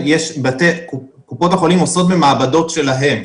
קופות החולים עושות במעבדות שלהן.